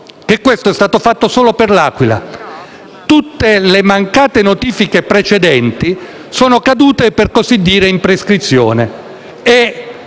che questo è stato fatto solo per L'Aquila. Tutte le mancate notifiche precedenti sono cadute, per così dire, in prescrizione